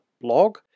blog